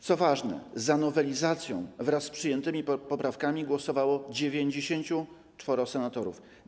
Co ważne, za nowelizacją wraz z przyjętymi poprawkami głosowało 94 senatorów.